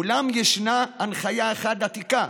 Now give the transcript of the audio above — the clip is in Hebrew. אולם ישנה הנחיה אחת עתיקה,